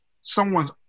someone's